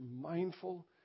mindful